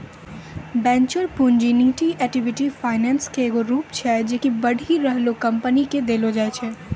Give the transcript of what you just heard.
venture पूंजी निजी equity financing के एगो रूप छै जे कि बढ़ि रहलो कंपनी के देलो जाय छै